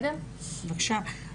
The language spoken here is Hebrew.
בבקשה.